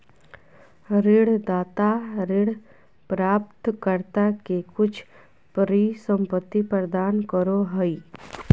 ऋणदाता ऋण प्राप्तकर्ता के कुछ परिसंपत्ति प्रदान करो हइ